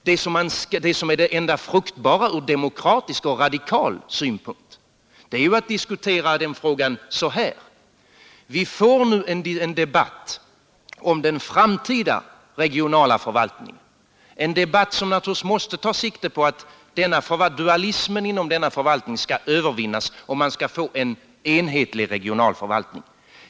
Det enda fruktbara ur demokratisk och radikal synpunkt är ju att diskutera frågan så här: Vi får nu en debatt om den framtida regionala förvaltningen, en debatt som naturligtvis måste ta sikte på att dualismen inom denna förvaltning skall övervinnas och att man skall få en enhetlig regional förvaltning.